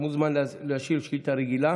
מוזמן להשיב על שאילתה רגילה